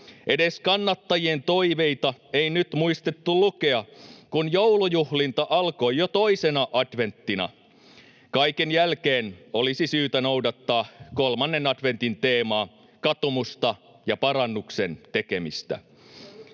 Edes kannattajien toiveita ei nyt muistettu lukea, kun joulujuhlinta alkoi jo toisena adventtina. Kaiken jälkeen olisi syytä noudattaa kolmannen adventin teemaa, katumusta ja parannuksen tekemistä.